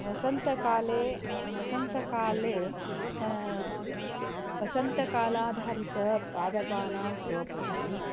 वसन्तकाले वसन्तकाले वसन्तकालाधारितं पादपानां रोपयामि